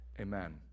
Amen